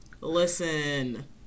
Listen